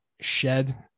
shed